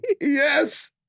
Yes